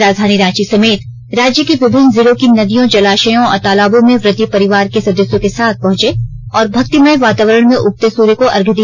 राजधानी रांची समेत राज्य के विभिन्न जिलों की नदियों जलाशयों और तालाबों में व्रती परिवार के सदस्यों के साथ पहुंचे और भक्तिमय वातावरण में उगते सूर्य को अर्घ्य दिया